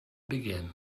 begin